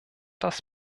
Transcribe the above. das